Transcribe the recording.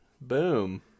Boom